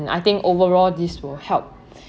I think overall this will help